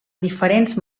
diferents